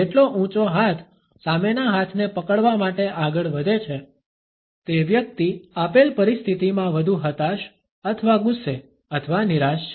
જેટલો ઊંચો હાથ સામેના હાથને પકડવા માટે આગળ વધે છે તે વ્યક્તિ આપેલ પરિસ્થિતિમાં વધુ હતાશ અથવા ગુસ્સે અથવા નિરાશ છે